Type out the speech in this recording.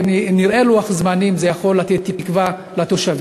אם נראה לוח זמנים, זה יכול לתת תקווה לתושבים.